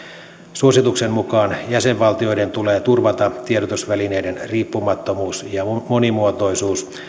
suosituksen mukaan jäsenvaltioiden tulee turvata tiedotusvälineiden riippumattomuus ja monimuotoisuus